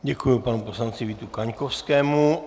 Děkuji panu poslanci Vítu Kaňkovskému.